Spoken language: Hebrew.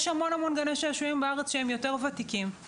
יש המון גני שעשועים בארץ שהם יותר ותיקים.